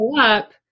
up